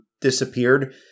disappeared